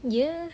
!eeyer!